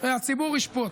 והציבור ישפוט.